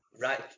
Right